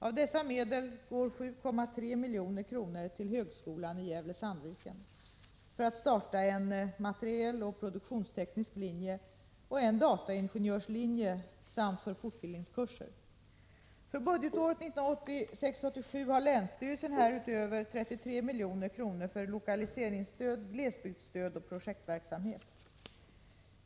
Av dessa medel går 7,3 milj.kr. till högskolan i Gävle 87 har länsstyrelsen härutöver 33 milj.kr. för lokaliseringsstöd, glesbygdsstöd och projektverksamhet.